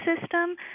system